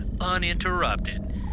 uninterrupted